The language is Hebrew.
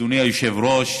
גברתי היושבת-ראש.